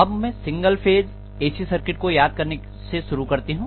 अब मैं single phase AC circuit को याद करने से शुरू करती हूं